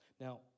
Now